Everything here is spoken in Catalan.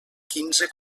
quinze